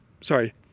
sorry